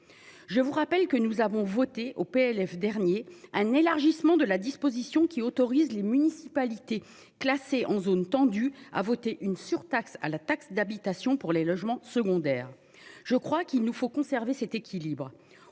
Je vous rappelle que nous avons voté au PLF dernier un élargissement de la disposition qui autorise les municipalités classé en zone tendue à voté une surtaxe à la taxe d'habitation pour les logements secondaires. Je crois qu'il nous faut conserver cet équilibre